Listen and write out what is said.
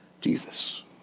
Jesus